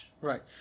Right